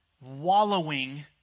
wallowing